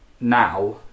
now